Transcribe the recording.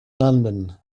london